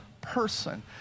person